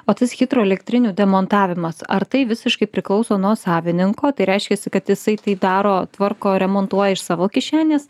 o tas hidroelektrinių demontavimas ar tai visiškai priklauso nuo savininko tai reiškiasi kad jisai tai daro tvarko remontuoja iš savo kišenės